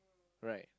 right